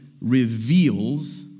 reveals